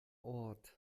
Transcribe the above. ort